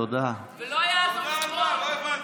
עוד איזה אחד בא לנו פה.